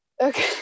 Okay